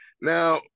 Now